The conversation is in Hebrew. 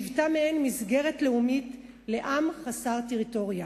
שהיוותה מעין מסגרת לאומית לעם חסר טריטוריה.